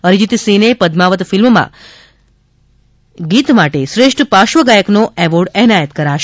અરિજીત સિંહને પદ્માવત ફિલ્મમાં વિન્તે દિલ ના ગીત માટે શ્રેષ્ઠ પાર્શ્વગાયકનો એવોર્ડ એનાયત કરાશે